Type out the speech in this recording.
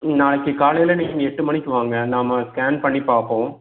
ம் நாளைக்கு காலையில் நீங்கள் எட்டு மணிக்கு வாங்க நாம் ஸ்கேன் பண்ணிப் பார்ப்போம்